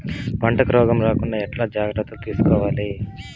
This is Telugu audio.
పంటకు రోగం రాకుండా ఎట్లా జాగ్రత్తలు తీసుకోవాలి?